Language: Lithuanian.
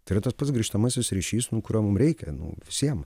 tai yra tas pats grįžtamasis ryšys nu kurio mum reikia nu visiem